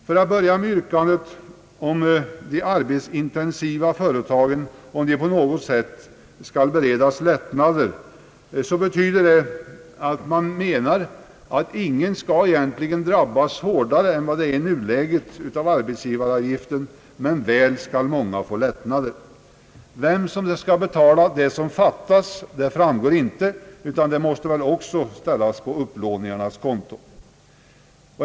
För att börja med yrkandet att de arbetsintensiva företagen på något sätt skall beredas lättnader, så vill jag framhålla att det betyder att ingen egentligen skall drabbas hårdare än i nuläget av arbetsgivaravgiften men ati många skall få lättnader. Vem som skall betala det som fattas framgår inte; det måste väl också tas på upplåningarnas konto.